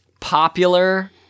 Popular